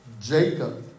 Jacob